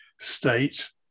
state